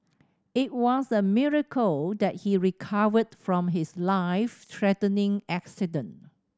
it was a miracle that he recovered from his life threatening accident